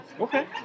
Okay